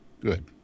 Good